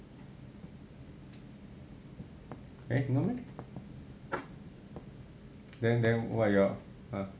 eh no meh then then what you all